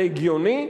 זה הגיוני?